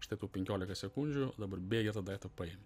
štai tau penkiolika sekundžių dabar bėgi tą daiktą paimi